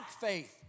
faith